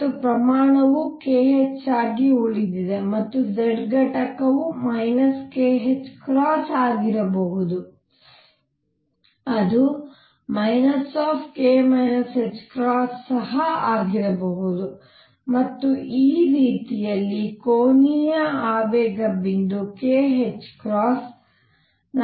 ಮತ್ತು ಪ್ರಮಾಣವು kh ಆಗಿ ಉಳಿದಿದೆ ಮತ್ತು z ಘಟಕವು kℏ ಆಗಿರಬಹುದು ಅದು k ℏ ಸಹ ಆಗಿರಬಹುದು ಮತ್ತು ಈ ರೀತಿಯಲ್ಲಿ ಕೋನೀಯ ಆವೇಗ ಬಿಂದು kℏ